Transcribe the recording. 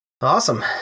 Awesome